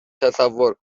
تصور